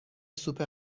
سوپ